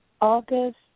August